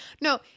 No